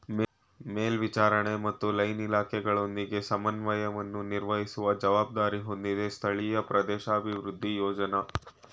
ಮೇಲ್ವಿಚಾರಣೆ ಮತ್ತು ಲೈನ್ ಇಲಾಖೆಗಳೊಂದಿಗೆ ಸಮನ್ವಯವನ್ನು ನಿರ್ವಹಿಸುವ ಜವಾಬ್ದಾರಿ ಹೊಂದಿದೆ ಸ್ಥಳೀಯ ಪ್ರದೇಶಾಭಿವೃದ್ಧಿ ಯೋಜ್ನ